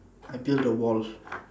I build the wall